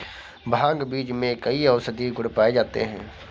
भांग बीज में कई औषधीय गुण पाए जाते हैं